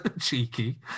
cheeky